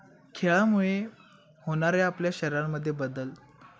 खेळामुळे होणाऱ्या आपल्या शरीरामध्ये बदल